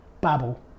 babble